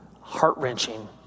heart-wrenching